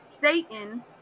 Satan